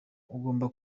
agomba